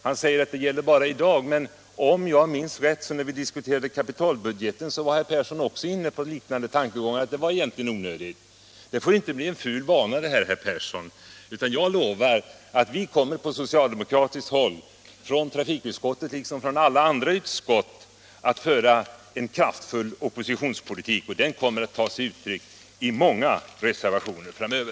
Han säger att det bara gäller dagens debatt, men om jag minns rätt var herr Persson inne på liknande tankegångar då vi diskuterade kapitalbudgeten. Det får inte bli en ful vana, herr Persson! Jag lovar att vi socialdemokrater — i trafikutskottet, liksom i alla andra utskott —- kommer att föra en kraftfull oppositionspolitik, och den kommer att ta sig uttryck i många reservationer framöver.